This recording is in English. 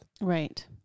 Right